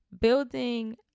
building